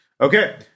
Okay